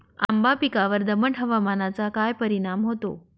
आंबा पिकावर दमट हवामानाचा काय परिणाम होतो?